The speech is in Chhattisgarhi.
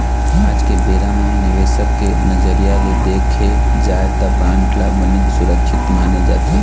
आज के बेरा म निवेसक के नजरिया ले देखे जाय त बांड ल बनेच सुरक्छित माने जाथे